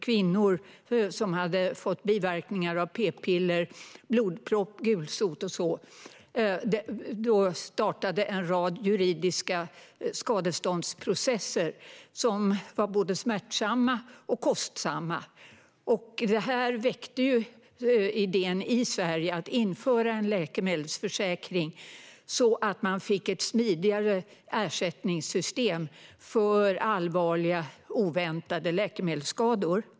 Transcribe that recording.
Kvinnor som hade fått biverkningar av p-piller - blodpropp, gulsot och sådant - startade en rad juridiska skadeståndsprocesser som var både smärtsamma och kostsamma. Det här väckte idén att införa en läkemedelsförsäkring i Sverige så att man fick ett smidigare ersättningssystem för allvarliga oväntade läkemedelsskador.